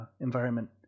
environment